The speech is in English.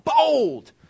bold